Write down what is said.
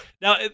Now